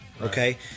Okay